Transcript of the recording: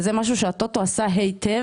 וזה משהו שה-טוטו עשה היטב.